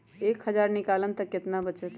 एक हज़ार निकालम त कितना वचत?